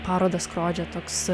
parodą skrodžia toks